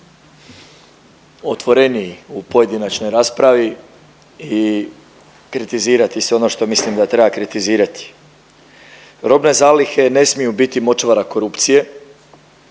otvoreniji u pojedinačnoj raspravi i kritizirati sve ono što mislim da treba kritizirati. Robne zalihe ne smiju biti močvara korupcije,